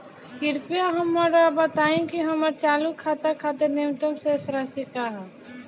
कृपया हमरा बताइं कि हमर चालू खाता खातिर न्यूनतम शेष राशि का ह